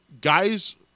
guys